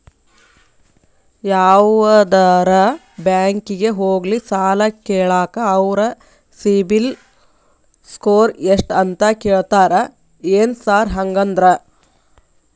ಯಾವದರಾ ಬ್ಯಾಂಕಿಗೆ ಹೋಗ್ಲಿ ಸಾಲ ಕೇಳಾಕ ಅವ್ರ್ ಸಿಬಿಲ್ ಸ್ಕೋರ್ ಎಷ್ಟ ಅಂತಾ ಕೇಳ್ತಾರ ಏನ್ ಸಾರ್ ಹಂಗಂದ್ರ?